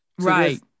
Right